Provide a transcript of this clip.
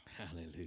Hallelujah